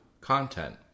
content